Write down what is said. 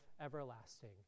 everlasting